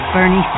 Bernie